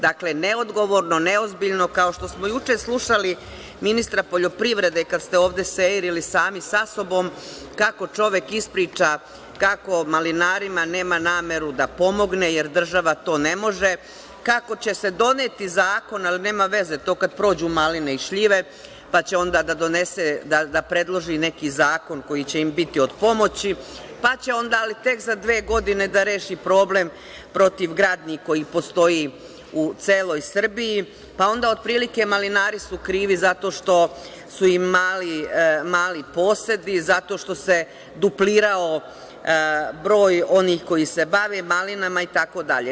Dakle, neodgovorno, neozbiljno, kao što smo i juče slušali ministra poljoprivrede, kada se ovde seirili sami sa sobom, kako čovek ispriča kako malinarima nema nameru da pomogne, jer država to ne može, kako će se doneti zakon, ali nema veze, to kada prođu maline i šljive, pa će onda da predloži neki zakon koji će im biti od pomoći, pa će onda, ali tek za dve godine, da reši problem protivgradni koji postoji u celoj Srbiji, pa onda otprilike – malinari su krivi zato što su im mali posedi zato što se duplirao broj onih koji se bave malinama itd.